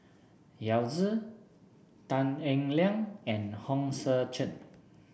Yao Zi Tan Eng Liang and Hong Sek Chern